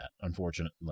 unfortunately